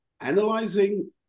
analyzing